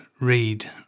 read